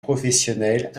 professionnels